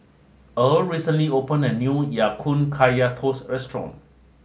Irl recently opened a new Ya Kun Kaya Toast Restaurant